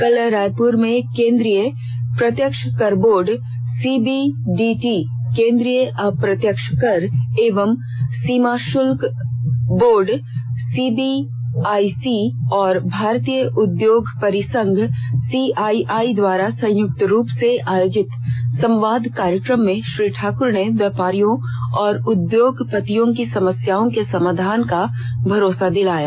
कल रायपुर में केन्द्रीय प्रत्यक्ष कर बोर्ड सीबीडीटी केन्द्रीय अप्रत्यक्ष कर एवं सीमा शुल्क बोर्ड सीबीआईसी और भारतीय उद्योग परिसंघ सीआईआई द्वारा संयुक्त रूप से आयोजित सँवाद कार्यक्रम में श्री ठाकुर ने व्यापारियों और उद्योगपतियों की समस्याओं के समाधान का भरोसा दिलाया